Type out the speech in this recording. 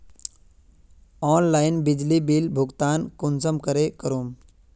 Online बिजली bill भुगतान कुंसम करे करूम?